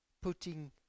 putting